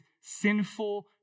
sinful